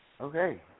Okay